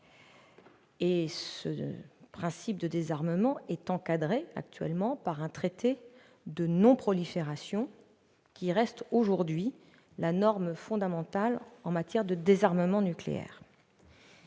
Ce principe de désarmement est actuellement encadré par un traité de non-prolifération, qui reste aujourd'hui la norme fondamentale en matière de désarmement nucléaire.